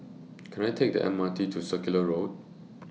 Can I Take The M R T to Circular Road